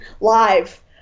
live